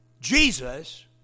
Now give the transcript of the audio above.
Jesus